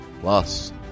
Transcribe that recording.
Plus